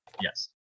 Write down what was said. yes